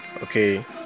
Okay